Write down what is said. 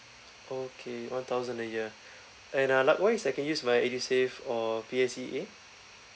okay one thousand a year and uh likewise I can use my edusave or P_S_E_A